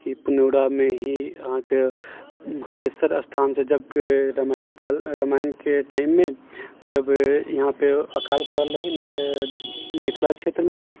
पुनौरामे ही अहाँके हलेशर स्थानसँ जब रामायण काल रामायणके टाइममे जब यहाँपर अकाल पड़ल रहै ने तऽ मिथिला क्षेत्रमे